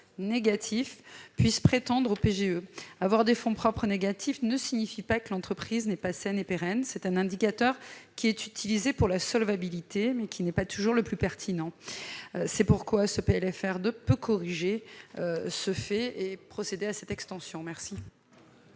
négatifs puissent prétendre au PGE. Avoir des fonds propres négatifs ne signifie pas que l'entreprise n'est pas saine et pérenne. C'est un indicateur qui est utilisé pour la solvabilité, mais qui n'est pas toujours le plus pertinent. Ce PLFR 2 est l'occasion de corriger cette inexactitude et de procéder à cette extension. Quel